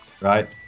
right